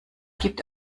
gibt